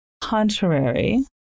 contrary